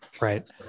Right